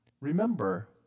remember